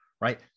Right